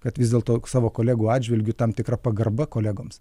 kad vis dėlto savo kolegų atžvilgiu tam tikra pagarba kolegoms